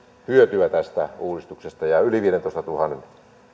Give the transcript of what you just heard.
hyötyä tästä uudistuksesta ja valtaosa yli viidentoistatuhannen